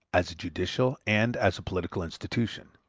as a judicial and as a political institution.